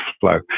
flow